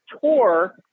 tour